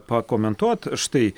pakomentuot štai